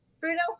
Bruno